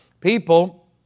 people